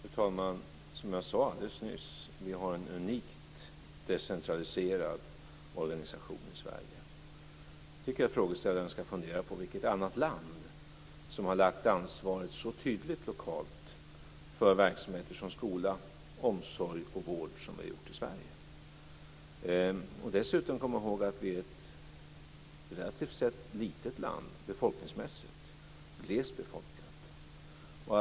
Fru talman! Som jag sade alldeles nyss har vi en unikt decentraliserad organisation i Sverige. Jag tycker att frågeställaren ska fundera över vilket annat land som så tydligt har lagt ansvaret lokalt för verksamheter som skola, omsorg och vård som vi har gjort i Kom dessutom ihåg att vi är ett relativt sett litet land befolkningsmässigt. Sverige är glest befolkat.